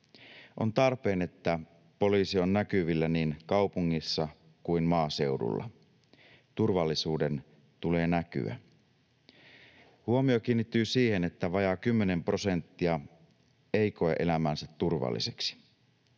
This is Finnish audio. On tarpeen, että poliisi on näkyvillä niin kaupungissa kuin maaseudulla. Turvallisuuden tulee näkyä. Huomio kiinnittyy siihen, että vajaa 10 prosenttia ei koe elämäänsä turvalliseksi.